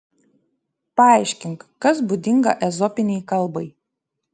paaiškink kas būdinga ezopinei kalbai